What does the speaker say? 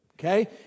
okay